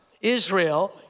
Israel